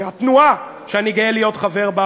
מהתנועה שאני גאה להיות בה,